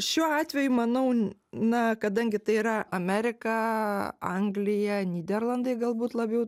šiuo atveju manau na kadangi tai yra amerika anglija nyderlandai galbūt labiau